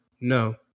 No